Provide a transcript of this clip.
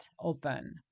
open